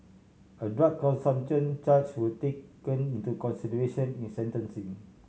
a drug consumption charge was taken into consideration in sentencing